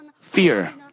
fear